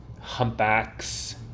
humpbacks